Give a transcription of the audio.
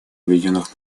объединенных